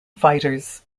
fighters